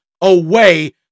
away